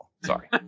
Sorry